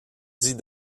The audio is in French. dit